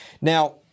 Now